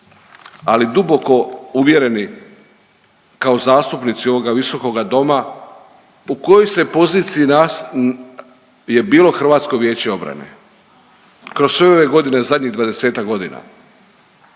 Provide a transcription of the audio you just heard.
ali duboko uvjereni kao zastupnici ovoga visoka doma u kojoj poziciji je bilo Hrvatsko vijeće obrane kroz sve ove godine zadnjih 20-tak godina